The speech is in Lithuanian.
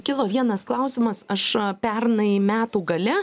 kilo vienas klausimas aš pernai metų gale